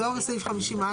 דור, סעיף 50א?